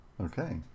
Okay